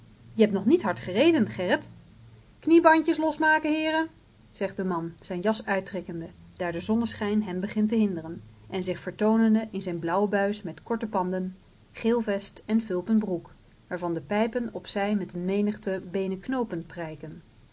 je hebt nog niet hard gereden gerrit kniebandjes losmaken heeren zegt de man zijn jas uittrekkende daar de zonneschijn hem begint te hinderen en zich vertoonende in zijn blauw buis met korte panden geel vest en fulpen broek waarvan de pijpen op zij met een menigte beenen knoopen prijken